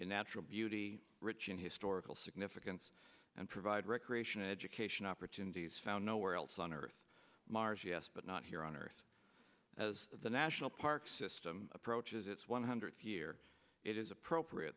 natural beauty rich in historical significance and provide recreation education opportunities found nowhere else on earth mars yes but not here on earth as the national park system approaches its one hundredth year it is appropriate